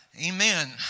Amen